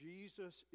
Jesus